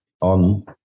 on